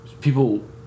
people